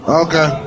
okay